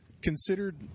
considered